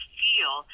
feel